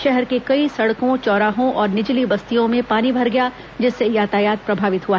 शहर के कई सड़कों चौराहों और निचली बस्तियों में पानी भर गया जिससे यातायात प्रभावित हुआ